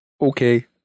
Okay